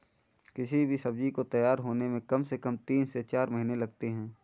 किसी भी सब्जी को तैयार होने में कम से कम तीन से चार महीने लगते हैं